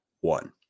one